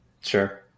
sure